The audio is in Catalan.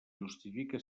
justifica